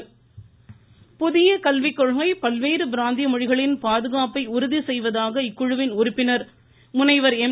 கல்விக்கொள்கை புதிய கல்விக்கொள்கை பல்வேறு பிராந்திய மொழிகளின் பாதுகாப்பை உறுதிசெய்வதாக இக்குழுவின் உறுப்பினர் முனைவர் எம்